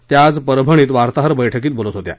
त्या आज परभणीत वार्ताहर बैठकीत बोलत होत्या